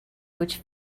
which